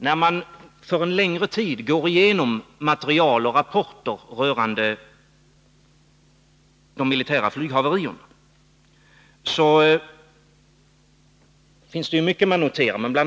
När man går igenom material och rapporter för en längre tid rörande de militära flyghaverierna, så finns det mycket att notera. Bl.